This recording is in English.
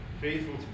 faithful